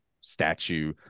statue